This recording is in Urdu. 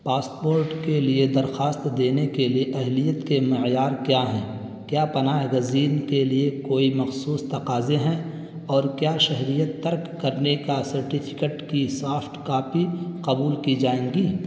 پاسپورٹ کے لیے درخواست دینے کے لیے اہلیت کے معیار کیا ہیں کیا پناہ گزین کے لیے کوئی مخصوص تقاضے ہیں اور کیا شہریت ترک کرنے کا سرٹیفکیٹ کی سافٹ کاپی قبول کی جائیں گی